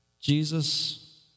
Jesus